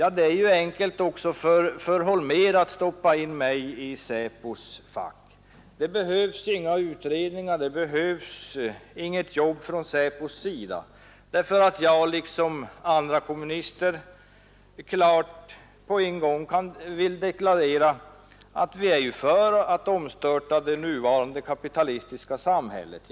Det är enkelt för Holmér att stoppa in mig i SÄPO:s fack. Det behövs inga utredningar, det behövs inget jobb från SÄPO:s sida, eftersom jag liksom andra kommunister på en gång klart vill deklarera att vi är för att omstörta det nuvarande kapitalistiska samhället.